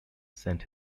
sent